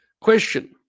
Question